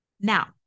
Now